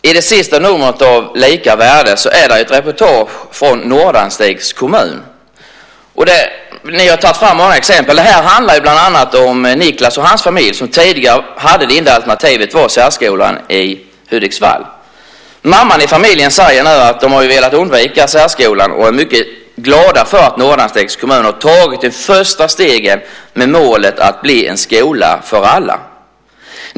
Fru talman! I senaste numret av Lika värde är det ett reportage från Nordanstigs kommun. Det handlar om Niklas och hans familj som tidigare hade som enda alternativ särskolan i Hudiksvall. Mamman i familjen säger nu att de har velat undvika särskolan och är mycket glada för att Nordanstigs kommun har tagit de första stegen med målet att bli en skola för alla.